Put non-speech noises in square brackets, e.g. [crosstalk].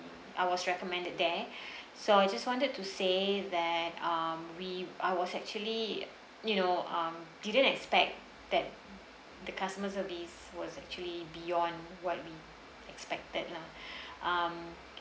I was recommended there [breath] so I just wanted to say that um we I was actually you know um didn't expect that the customer service was actually beyond what we expected lah [breath] um